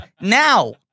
now